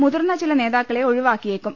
മുതിർന്ന ചില നേതാക്കളെ ഒഴിവാക്കിയേക്കും